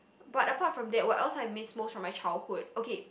but apart from that what else I miss most from my childhood okay